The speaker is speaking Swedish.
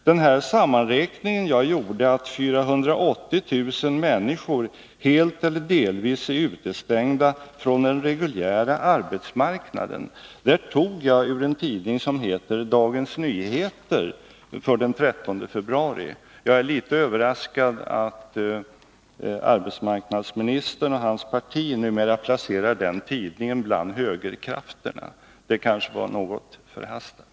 Den sammanräkning jag anförde och som visade att 480 000 människor helt eller delvis är utestängda från den reguljära arbetsmarknaden tog jag ur en tidning som heter Dagens Nyheter — det var den 13 februari. Jag är litet överraskad över att arbetsmarknadsministern och hans parti numera placerar den tidningen bland högerkrafterna, men arbetsmarknadsministern uttalade sig kanske något förhastat här.